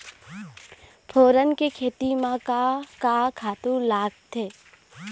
फोरन के खेती म का का खातू लागथे?